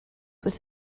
with